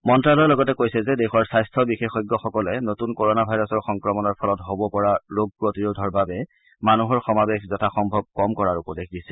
মন্যালয়ে লগতে কৈছে যে দেশৰ স্বাস্থ্য বিশেষজ্ঞসকলে নতুন ক'ৰনা ভাইৰাছৰ সংক্ৰমণৰ ফলত হবপৰা ৰোগ প্ৰতিৰোধৰ বাবে মানুহৰ সমাবেশ যথাসম্ভৱ কম কৰাৰ উপদেশ দিছে